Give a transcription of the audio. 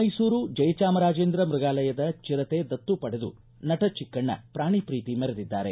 ಮೈಸೂರು ಜಯಚಾಮರಾಜೇಂದ್ರ ಮೃಗಾಲಯದ ಚಿರತೆ ದತ್ತು ಪಡೆದು ನಟ ಚಿಕಣ್ಣ ಪ್ರಾಣಿ ಪ್ರೀತಿ ಮೆರೆದಿದ್ದಾರೆ